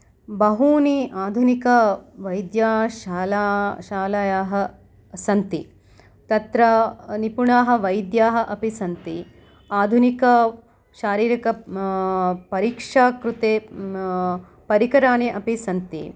बहूनि आधुनिकवैद्यशालाः सन्ति तत्र निपुणाः वैद्याः अपि सन्ति आधुनिकशारीरक परीक्षा कृते परिकराणि अपि सन्ति